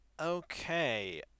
Okay